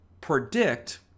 predict